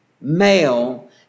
Male